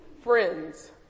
friends